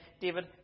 David